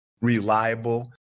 reliable